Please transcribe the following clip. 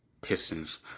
Pistons